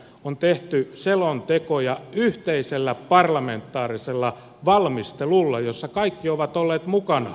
on tehty selontekoja yhteisellä parlamentaarisella valmistelulla jossa kaikki ovat olleet mukana